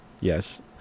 Yes